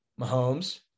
Mahomes